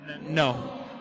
No